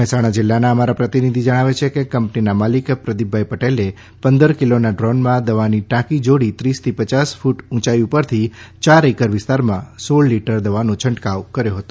મહેસાણા જિલ્લાના અમારા પ્રતિનિધિ જણાવે છેકે કંપનીના માલિક પ્રદિપભાઈ પટેલે પંદર કિલોના ડ્રોનમાં દવાની ટાંકી જોડી ત્રીસથી પયાસ ફ્રટ ઉંચાઈ ઉપરથી ચાર એકર વિસ્તારમાં સોળ લીટર દવાનો છંટકાવ કર્યો હતો